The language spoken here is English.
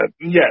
Yes